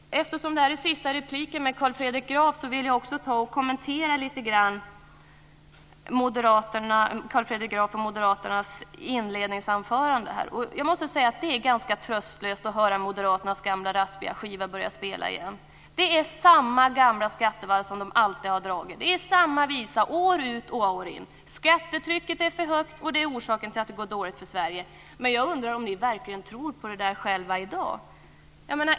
Eftersom detta är den sista repliken med Carl Fredrik Graf vill jag också kommentera lite grann av det han sade i sitt inledningsanförande. Jag måste säga att det är ganska tröstlöst att höra Moderaternas gamla raspiga skiva börja spela igen. Det är samma gamla skattevals som de alltid har dragit. Det är samma visa år ut och år in. Skattetrycket är för högt, och det är orsaken till att det går dåligt för Sverige. Men jag undrar om ni verkligen tror på det själva i dag.